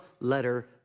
letter